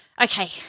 Okay